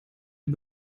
die